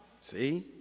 See